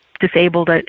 disabled